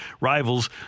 rivals